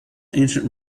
ancient